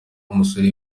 umusore